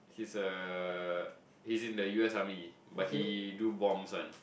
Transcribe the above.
he's a he's in the U_S army but he do bombs one